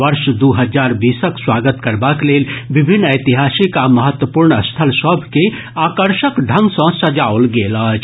वर्ष दू हजार बीसक स्वागत करबाक लेल विभिन्न ऐतिहासिक आ महत्वपूर्ण स्थल सभ के आकर्षक ढ़ग सँ सजाओल गेल अछि